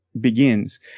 begins